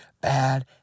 bad